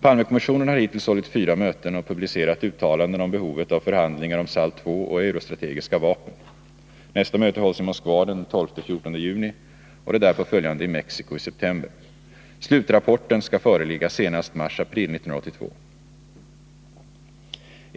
Palmekommissionen har hittills hållit fyra möten och publicerat uttalanden om behovet av förhandlingar om SALT II och eurostrategiska vapen. Nästa möte hålls i Moskva den 12-14 juni och det därpå följande i Mexico i september. Slutrapporten skall föreligga senast mars-april 1982.